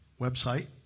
website